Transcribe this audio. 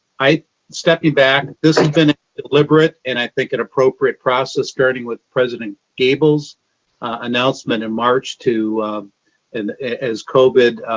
i stepped you back. this has been a deliberate and i think an appropriate process starting with president gabel's announcement in march to and as covid